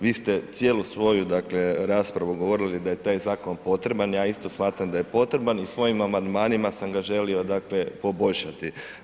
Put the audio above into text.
Vi ste cijelu svoju raspravu govorili da je taj zakon potreban, ja isto smatram da je potreban i svojim amandmanima sam ga želio dakle, poboljšati.